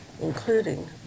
including